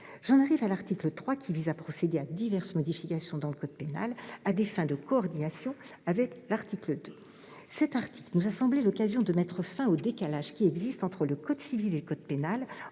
J'en arrive à l'article 3, qui vise à procéder à diverses modifications dans le code pénal, à des fins de coordination avec l'article 2. Cet article nous a semblé l'occasion de mettre fin au décalage qui existe entre le code civil et le code pénal